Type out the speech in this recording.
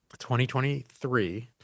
2023